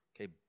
Okay